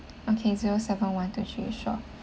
okay zero seven one two three sure